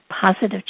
positive